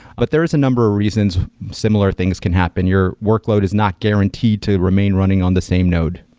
but there is a number reasons similar things can happen. your workload is not guaranteed to remain running on the same node.